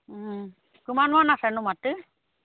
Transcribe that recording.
কিমান মান আছে নো মাটি